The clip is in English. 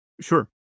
Sure